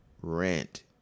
rent